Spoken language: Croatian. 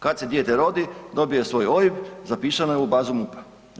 Kada se dijete rodi, dobije svoj OIB zapisano je u bazu MUP-a.